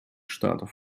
штатов